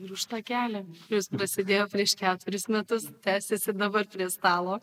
ir už tą kelią kuris prasidėjo prieš keturis metus tęsiasi ir dabar prie stalo